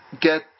get